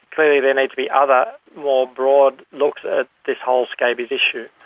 clearly there needs to be other more broad looks at this whole scabies issue.